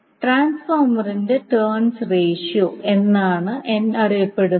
ട്രാൻസ്ഫോർമറിന്റെ turns ratio എന്നാണ് n അറിയപ്പെടുന്നത്